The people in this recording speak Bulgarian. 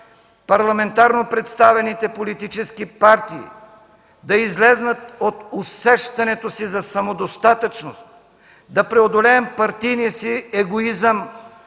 парламентарно представените политически партии да излезнат от усещането си за самодостатъчност, да преодолеем партийния си егоизъм